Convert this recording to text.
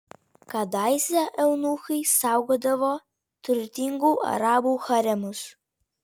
kadaise eunuchai saugodavo turtingų arabų haremus